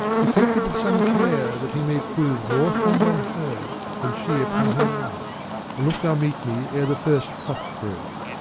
effect it with some care, that he may prove more fond on her than she upon her love. and look thou meet me ere the first cock crow.